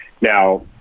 now